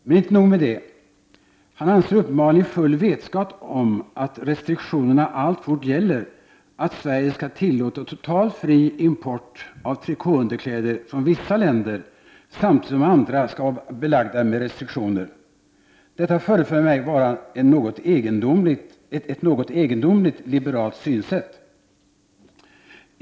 Och inte nog med det: Han anser, uppenbarligen i full vetskap om att restriktionerna fortfarande gäller, att Sverige skall tillåta helt fri import av trikåunderkläder från vissa länder samtidigt som importen från andra länder skall vara belagd med restriktioner. Detta förefaller mig vara ett något egendomligt liberalt synsätt.